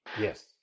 yes